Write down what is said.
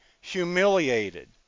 humiliated